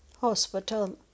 hospital